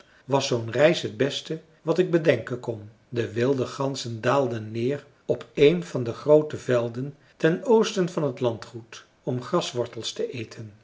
was zoo'n reis t beste wat ik bedenken kon de wilde ganzen daalden neer op een van de groote velden ten oosten van het landgoed om graswortels te eten